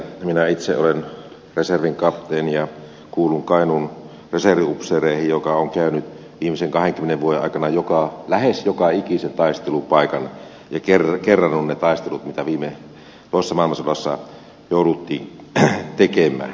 minä itse olen reservin kapteeni ja kuulun kainuun reserviupseereihin ja olen käynyt viimeisten kahdenkymmenen vuoden aikana lähes joka ikisellä taistelupaikalla ja kerrannut ne taistelut mitä toisessa maailmansodassa jouduttiin tekemään